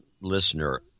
listener